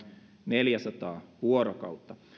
neljäsataa vuorokautta